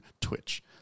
Twitch